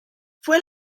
fue